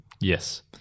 Yes